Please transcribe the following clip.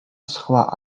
სხვა